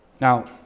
now